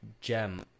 gem